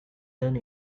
done